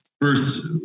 First